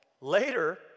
Later